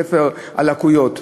ספר הליקויים,